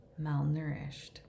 malnourished